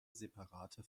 separate